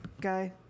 guy